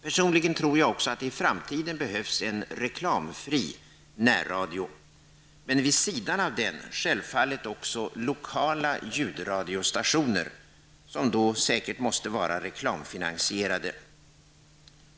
Personligen tror jag också att det i framtiden behövs en reklamfri närradio, men vid sidan av den självfallet också lokala ljudradiostationer, som då måste vara reklamfinansierade.